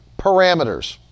parameters